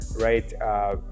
right